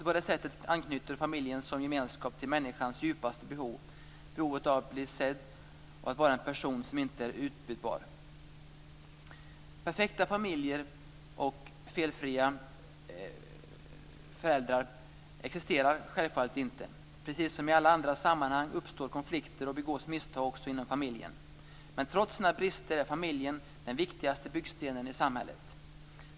På det sättet anknyter familjen som gemenskap till människans djupaste behov - behovet att bli sedd och vara en person som inte är utbytbar. Perfekta familjer och felfria föräldrar existerar självfallet inte. Precis som i alla andra sammanhang uppstår konflikter och begås misstag också inom familjen. Men trots sina brister är familjen den viktigaste byggstenen i samhället.